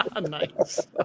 Nice